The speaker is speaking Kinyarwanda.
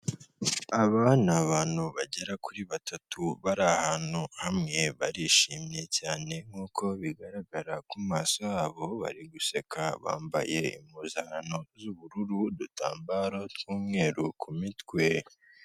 Aba ni abantu bagera kuri batatu bari ahantu hamwe barishimye cyane nkuko bigaragara ku maso yabo, bari guseka bambaye impuzankano z'ubururu, udutambaro tw'umweru ku mitwe.